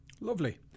lovely